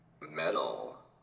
Metal